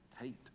hate